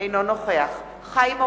אינו נוכח חיים אורון,